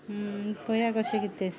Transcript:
पळयात कशें कितें तें